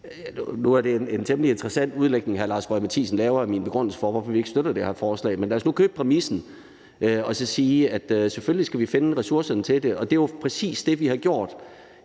Nu er det en temmelig interessant udlægning, hr. Lars Boje Mathiesen laver af min begrundelse for, hvorfor vi ikke støtter det her forslag. Men lad os nu købe præmissen og så sige, at selvfølgelig skal vi finde ressourcerne til det. Og det er jo præcis det, vi har gjort.